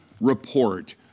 report